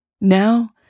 Now